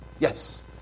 Yes